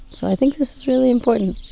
so i think this is really important.